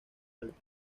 alta